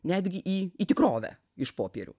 netgi į į tikrovę iš popierių